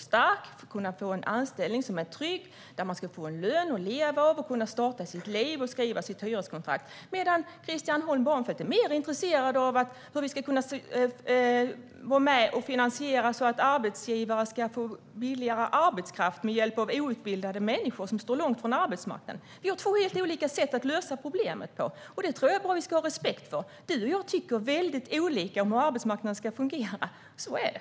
Man ska kunna få en anställning som är trygg, man ska få en lön att leva av och man ska kunna starta sitt liv. Man ska kunna skriva sitt hyreskontrakt. Christian Holm Barenfeld är dock mer intresserad av hur vi ska kunna vara med och finansiera så att arbetsgivare ska få billigare arbetskraft med hjälp av outbildade människor som står långt ifrån arbetsmarknaden. Vi har två helt olika sätt att lösa problemet på, och det tror jag att vi ska ha respekt för. Du och jag tycker väldigt olika om hur arbetsmarknaden ska fungera, Christian Holm Barenfeld. Så är det!